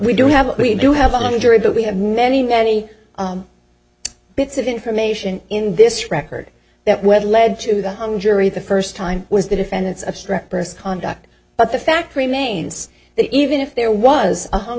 we do have what we do have on the jury but we have many many bits of information in this record that were led to that hung jury the first time was the defendant's obstreperous conduct but the fact remains that even if there was a hung